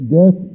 death